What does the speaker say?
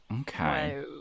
Okay